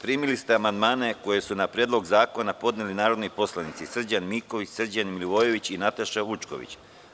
Primili ste amandmane koje su na Predloga zakona podneli narodni poslanici Srđan Miković, Srđan Milivojević i Nataša Vučković.